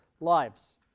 lives